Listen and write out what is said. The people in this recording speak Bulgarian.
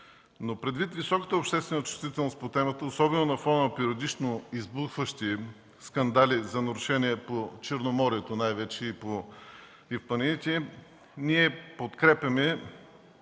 Предвид високата обществена чувствителност по темата, особено на фона на периодично избухващи скандали за нарушения по Черноморието най-вече и в планините, ние подкрепяме